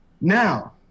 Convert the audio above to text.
Now